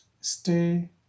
stay